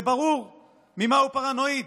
זה ברור ממה הוא פרנואיד,